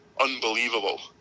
unbelievable